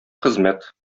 хезмәт